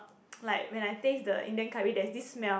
like when I taste the Indian curry there's this smell